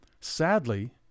Sadly